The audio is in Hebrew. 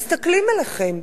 מסתכלים עליכם,